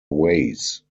ways